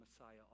Messiah